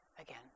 again